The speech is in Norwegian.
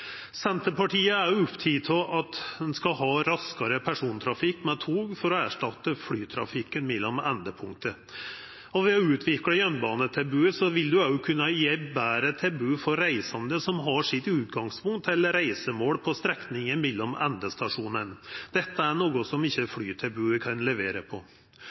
Senterpartiet er òg oppteke av at ein skal ha raskare persontrafikk med tog for å erstatta flytrafikken mellom endepunkta. Ved å utvikla jernbanetilbodet vil ein òg kunna gje eit betre tilbod for reisande som har sitt utgangspunkt eller reisemål på strekninga mellom endestasjonane. Dette er noko som ikkje flytilbodet kan levera på.